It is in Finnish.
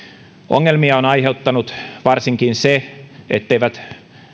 ongelmia on aiheuttanut varsinkin se etteivät